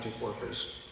workers